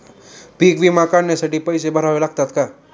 पीक विमा काढण्यासाठी पैसे भरावे लागतात का?